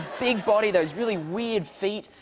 big body. those really weird feet.